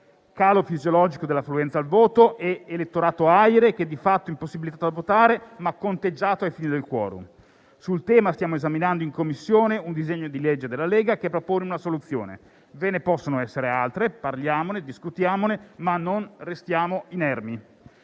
calo fisiologico dell'affluenza al voto ed elettorato AIRE che è di fatto impossibilitato a votare, ma conteggiato ai fini del *quorum.* Sul tema stiamo esaminando in Commissione un disegno di legge della Lega che propone una soluzione; ve ne possono essere altre, parliamone, discutiamone, ma non restiamo inermi.